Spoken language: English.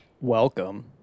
Welcome